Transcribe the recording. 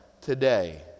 today